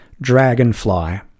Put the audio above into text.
Dragonfly